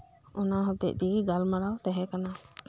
ᱚᱱᱟ ᱦᱚᱛᱮᱜ ᱛᱮᱜᱤ ᱜᱟᱞᱢᱟᱨᱟᱣ ᱛᱟᱦᱮᱸ ᱠᱟᱱᱟ